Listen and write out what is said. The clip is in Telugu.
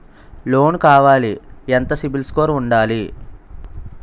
లోన్ కావాలి ఎంత సిబిల్ స్కోర్ ఉండాలి?